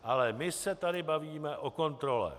Ale my se tady bavíme o kontrole.